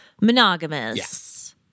Monogamous